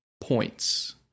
points